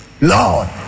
Lord